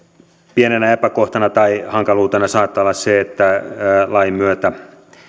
pienenä epäkohtana tai hankaluutena saattaa olla se että lain myötä